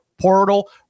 portal